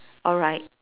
alright